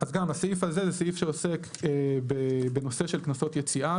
אז גם הסעיף הזה זה סעיף שעוסק בנושא של קנסות יציאה,